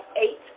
eight